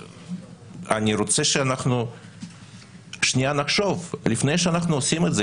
אני רוצה שאנחנו שנייה נחשוב לפני שאנחנו עושים את זה.